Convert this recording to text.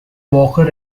walker